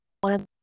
one